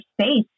space